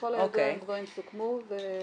ככל הידוע הדברים סוכמו -- לכם,